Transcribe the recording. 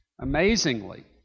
Amazingly